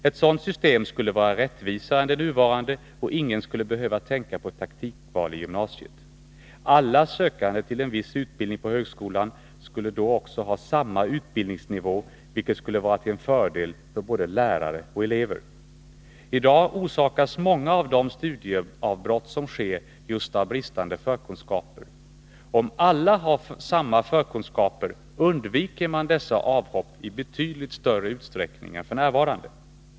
Ett sådant system skulle vara rättvisare än det nuvarande, och ingen skulle behöva tänka på taktikvali gymnasiet. Alla sökande till en viss utbildning på högskolan skulle då också ha samma utbildningsnivå, vilket skulle vara till fördel för både lärare och elever. I dag orsakas många av de studieavbrott som sker just av bristande förkunskaper. Om alla har samma förkunskaper undviker man dessa avhopp i betydligt större utsträckning än f. n.